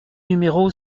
numéro